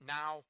Now